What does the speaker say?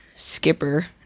Skipper